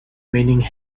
meaning